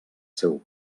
seu